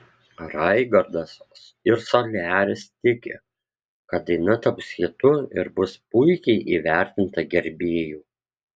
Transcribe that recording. raigardas ir soliaris tiki kad daina taps hitu ir bus puikiai įvertinta gerbėjų